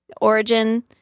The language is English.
origin